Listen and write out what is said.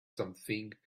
something